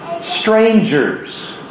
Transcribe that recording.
strangers